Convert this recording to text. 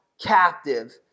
captive